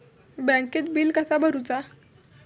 बँकेत बिल कसा भरुचा?